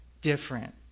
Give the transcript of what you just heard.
different